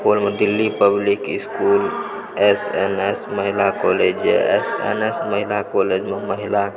सुपौलमे Delhi public school S N S महिला college यऽ एस एन एस महिला कॉलेजमे महिला